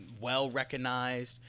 well-recognized